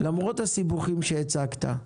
למרות הסיבוכים שהצגת,